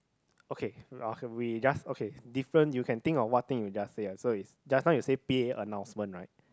okay or we can just okay different you can think of what thing you just say ah so it's just now you say p_a announcement right